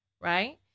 right